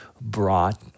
brought